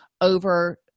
over